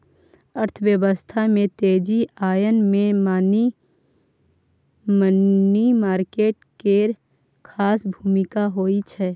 अर्थव्यवस्था में तेजी आनय मे मनी मार्केट केर खास भूमिका होइ छै